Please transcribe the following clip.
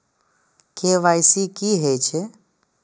KYC की हे छे?